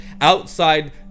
outside